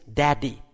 daddy